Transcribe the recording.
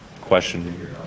question